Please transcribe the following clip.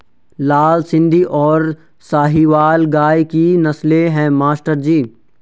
लाल सिंधी और साहिवाल गाय की नस्लें हैं मास्टर जी